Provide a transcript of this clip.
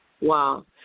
Wow